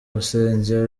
rusengero